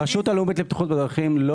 הרשות הלאומית לבטיחות בדרכים לא